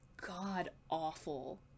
god-awful